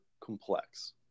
complex